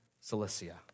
Cilicia